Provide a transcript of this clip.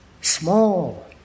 small